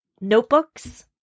notebooks